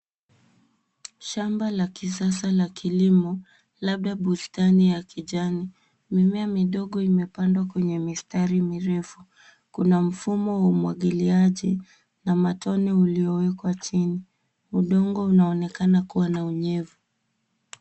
Shamba la kisasa la kilimo labda bustani ya kijani. Mimea midogo imepandwa kwenye mistari mirefu. Kuna mfumo wa umwagiliaji na matone uliowekwa chini. Udongo unaonekana kuwa na unyevu.